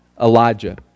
Elijah